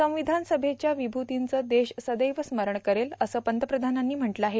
संविधान सभेच्या र्मावभूतींचं देश सदैव स्मरण करेल असं पंतप्रधानांनी म्हटलं आहे